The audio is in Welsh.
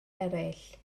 eraill